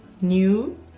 new